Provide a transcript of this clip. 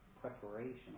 preparation